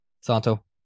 Santo